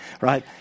right